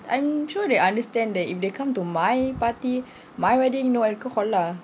I'm sure they understand that if they come to my party my wedding no alcohol lah